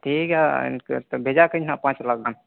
ᱴᱷᱤᱠ ᱜᱮᱭᱟ ᱤᱱᱠᱟᱹ ᱵᱷᱮᱡᱟ ᱠᱟᱜ ᱟᱹᱧ ᱦᱟᱸᱜ ᱯᱟᱸᱪᱞᱟᱠᱷ ᱜᱟᱱ